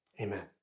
amen